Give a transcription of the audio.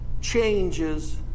changes